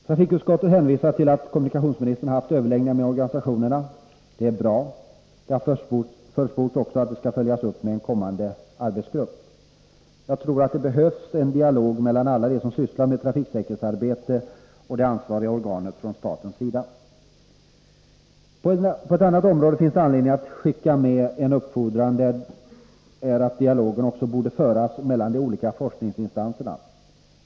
Trafikutskottet hänvisar till att kommunikationsministern har haft överläggningar med organisationerna. Det är bra. Det har försports att detta skall följas upp med en kommande arbetsgrupp. Jag tror att det behövs en dialog mellan alla dem som sysslar med trafiksäkerhetsarbete och statens ansvariga organ. På ett annat område finns det anledning att ”skicka med” en uppfordran. Jag syftar på att dialogen också borde föras mellan de olika forskningsinstanserna.